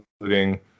including